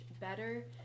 better